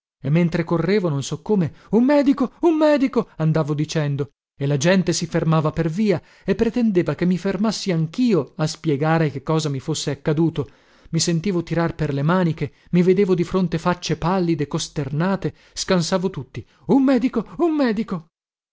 e mentre correvo non so come un medico un medico andavo dicendo e la gente si fermava per via e pretendeva che mi fermassi anchio a spiegare che cosa mi fosse accaduto mi sentivo tirar per le maniche mi vedevo di fronte facce pallide costernate scansavo scansavo tutti un medico un medico